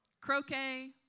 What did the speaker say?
Croquet